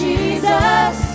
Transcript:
Jesus